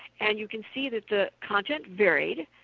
and you can see that the contents vary,